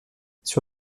sur